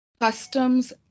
customs